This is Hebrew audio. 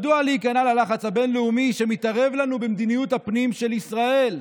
מדוע להיכנע ללחץ הבין-לאומי שמתערב לנו במדיניות הפנים של ישראל?